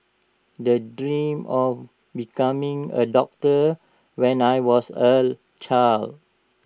the dreamt of becoming A doctor when I was A child